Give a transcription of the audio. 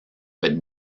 but